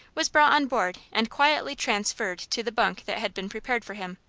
was brought on board and quietly transferred to the bunk that had been prepared for him.